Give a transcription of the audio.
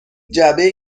جعبه